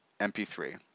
MP3